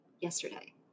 yesterday